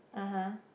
(uh huh)